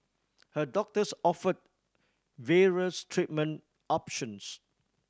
her doctors offered various treatment options